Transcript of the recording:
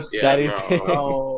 daddy